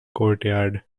courtyard